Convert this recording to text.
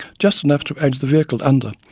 just enough to edge the vehicle under,